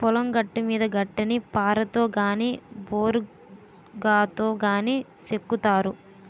పొలం గట్టుమీద గడ్డిని పారతో గాని బోరిగాతో గాని సెక్కుతారు